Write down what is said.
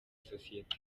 sosiyeti